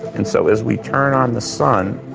and so as we turn on the sun,